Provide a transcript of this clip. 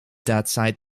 derzeit